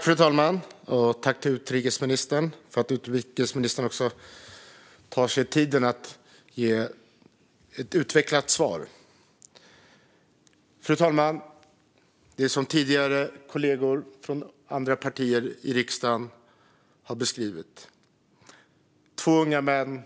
Fru talman! Tack till utrikesministern för att han tar sig tid att ge ett utvecklat svar! Fru talman! Det är som tidigare kollegor från andra partier i riksdagen har beskrivit: Två unga män